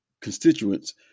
constituents